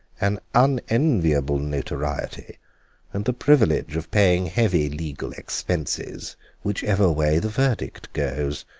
an unenviable notoriety and the privilege of paying heavy legal expenses whichever way the verdict goes.